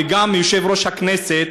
וגם שיושב-ראש הכנסת,